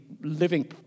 living